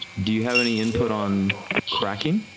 do you have any input on cracking?